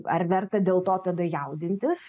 ar verta dėl to tada jaudintis